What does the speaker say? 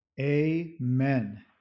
Amen